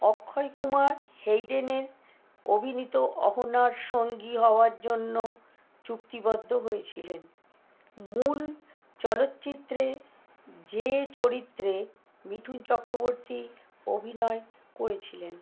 অক্ষয় কুমার হেইডেনের অভিনীত অহনার সঙ্গী হওয়ার জন্য চুক্তিবদ্ধ হয়েছিলেন মূল চলচ্চিত্রে যে চরিত্রে মিঠুন চক্রবর্তী অভিনয় করেছিলেন